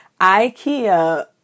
IKEA